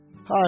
Hi